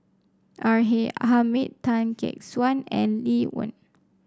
R A Hamid Tan Gek Suan and Lee Wen